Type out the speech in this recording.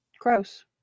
Gross